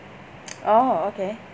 orh okay